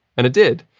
and it did,